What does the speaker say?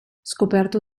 scoperto